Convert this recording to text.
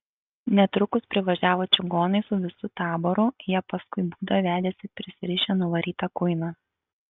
netrukus privažiavo čigonai su visu taboru jie paskui būdą vedėsi prisirišę nuvarytą kuiną